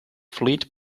fleet